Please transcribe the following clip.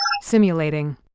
simulating